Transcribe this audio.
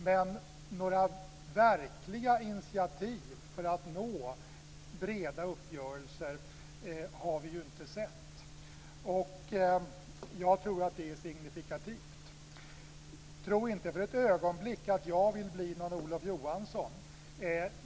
Men några verkliga initiativ för att nå breda uppgörelser har vi inte sett. Jag tror att det är signifikativt. Tro inte för ett ögonblick att jag vill bli någon Olof Johansson.